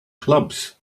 clubs